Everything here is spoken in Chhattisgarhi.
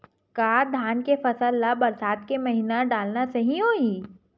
का धान के फसल ल बरसात के महिना डालना सही होही?